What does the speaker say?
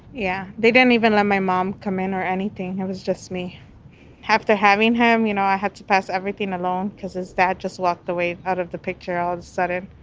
yeah, they didn't even let my mom come in or anything. it was just me have to having him, you know, i have to pass everything along because his dad just walked away out of the picture and started.